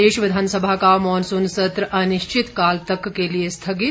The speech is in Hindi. प्रदेश विधानसभा का मॉनसून सत्र अनिश्चित काल तक के लिए स्थगित